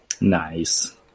Nice